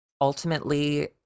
ultimately